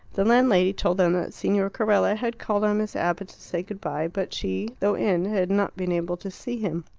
the landlady told them that signor carella had called on miss abbott to say good-bye, but she, though in, had not been able to see him.